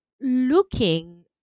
looking